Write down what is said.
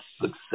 success